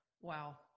Wow